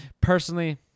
personally